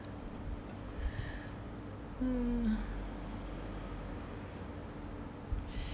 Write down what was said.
uh